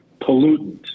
pollutant